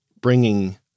bringing